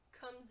comes